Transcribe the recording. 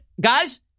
guys